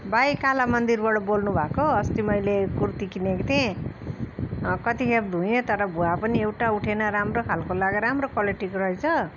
भाइ काला मन्दिरबाट बोल्नु भएको अस्ति मैले कुर्ती किनेको थिएँ कति खेप धोएँ तर भुवा पनि एउटा उठेन राम्रो खालको लाग्यो राम्रो क्वालिटीको रहेछ